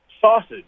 sausage